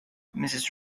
mrs